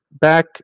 Back